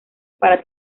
para